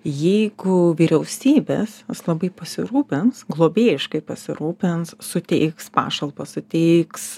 jeigu vyriausybės jos labai pasirūpins globėjiškai pasirūpins suteiks pašalpą suteiks